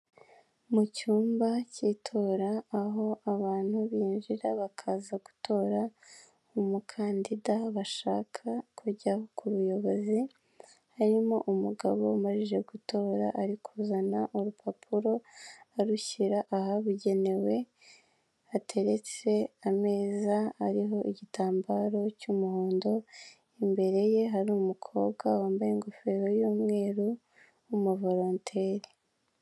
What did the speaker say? Iyi ni inzu nini mu buryo bugaragara isize amabara y'umweru n'ubururu hejuru ndetse n'umukara ku madirishya n'inzugi ku ruhande hari ubusitani bugaragara neza ubona butoshye, butanga umuyaga ku bagenda bose.